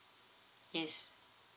yes